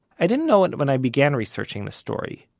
i didn't know it when i began researching the story,